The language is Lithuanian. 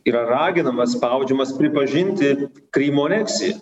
yra raginamas spaudžiamas pripažinti krymo aneksiją